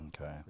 Okay